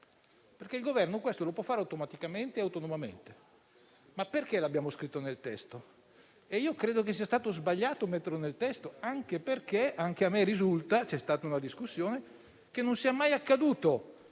testo. Il Governo lo può fare automaticamente e autonomamente: perché lo abbiamo scritto nel testo? Credo sia stato sbagliato inserirlo nel testo, anche perché anche a me risulta - c'è stata una discussione - che non sia mai accaduto